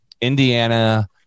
Indiana